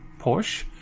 Porsche